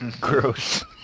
Gross